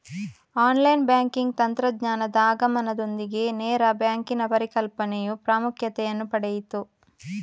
online banking ತಂತ್ರಜ್ಞಾನದ ಆಗಮನದೊಂದಿಗೆ ನೇರ ಬ್ಯಾಂಕಿನ ಪರಿಕಲ್ಪನೆಯು ಪ್ರಾಮುಖ್ಯತೆಯನ್ನು ಪಡೆಯಿತು